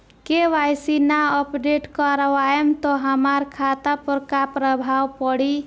KYC ना update करवाएम त हमार खाता पर का प्रभाव पड़ी?